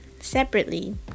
separately